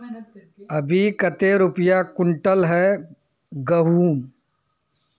अभी कते रुपया कुंटल है गहुम?